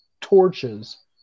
torches